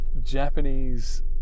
Japanese